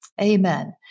Amen